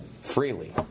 freely